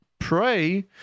pray